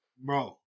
bro